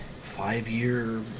Five-year